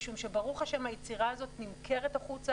משום שברוך השם היצירה הזאת נמכרת החוצה